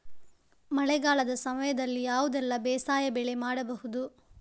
ಮಳೆಗಾಲದ ಸಮಯದಲ್ಲಿ ಯಾವುದೆಲ್ಲ ಬೇಸಾಯ ಬೆಳೆ ಮಾಡಬಹುದು?